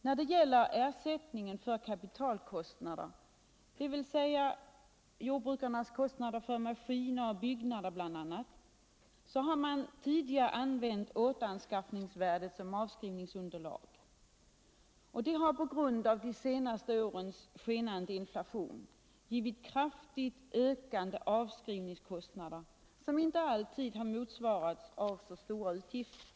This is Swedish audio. När det gäller ersättningen för kapitalkostnader, dvs. jordbrukarnas kostnader för bl.a. maskiner och byggnader, har man tidigare använt återanskaffningsvärdet som avskrivningsunderlag. Det har på grund av de senaste årens skenande inflation givit kraftigt ökande avskrivningskostnader, som inte alltid har motsvarats av så stora utgifter.